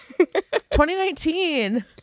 2019